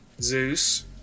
Zeus